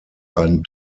einen